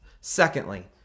Secondly